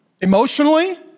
emotionally